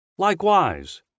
Likewise